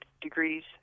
degrees